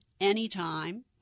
anytime